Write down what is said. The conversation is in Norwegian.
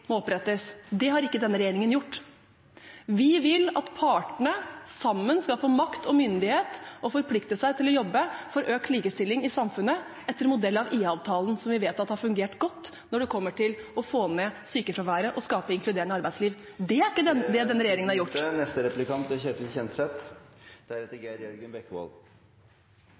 Det har ikke denne regjeringen gjort. Vi vil at partene sammen skal få makt og myndighet og forplikte seg til å jobbe for økt likestilling i samfunnet, etter modell av IA-avtalen, som vi vet har fungert godt når det kommer til å få ned sykefraværet og skape inkluderende arbeidsliv. Det er ikke det denne regjeringen har gjort. Tiden er